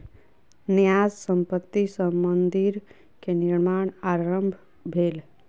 न्यास संपत्ति सॅ मंदिर के निर्माण आरम्भ भेल